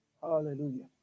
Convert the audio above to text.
hallelujah